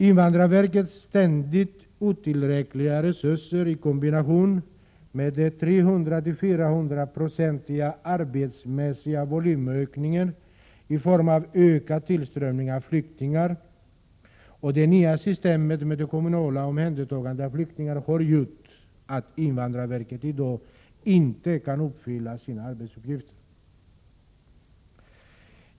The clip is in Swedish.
Invandrarverkets ständigt otillräckliga resurser i kombination med den 300—-400-procentiga arbetsmässiga volymökningen i form av ökad tillströmning av flyktingar och det nya systemet med det kommunala omhändertagandet av flyktingar har gjort att invandrarverket i dag inte kan uppfylla sina arbetsuppgifter.